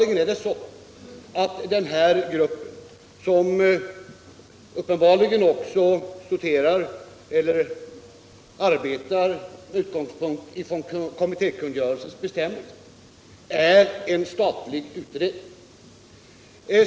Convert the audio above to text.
Gruppen, som tydligen också arbetar med utgångspunkt i kommittékungörelsens bestämmelser, är uppenbarligen en statlig utredning.